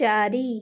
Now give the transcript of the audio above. ଚାରି